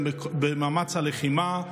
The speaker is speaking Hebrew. במאמץ הלחימה.